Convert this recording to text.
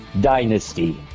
Dynasty